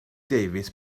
davies